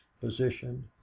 position